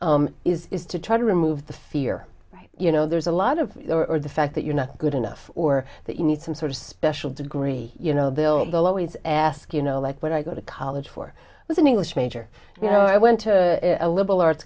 e is is to try to remove the fear right you know there's a lot of the fact that you're not good enough or that you need some sort of special degree you know bill will always ask you know like when i go to college for was an english major you know i went to a liberal arts